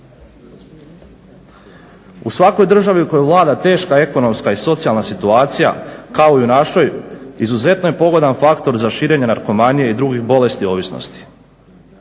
U svakoj državi u kojoj vlada teška ekonomska i socijalna situacija kao i u našoj izuzetno je pogodan faktor za širenje narkomanije i drugih bolesti i ovisnosti.